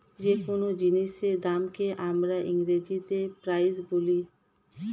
যে কোন জিনিসের দামকে আমরা ইংরেজিতে প্রাইস বলি